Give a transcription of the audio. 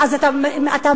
זה לא נכון.